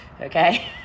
okay